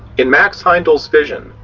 in max heindel's vision,